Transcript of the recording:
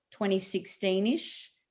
2016-ish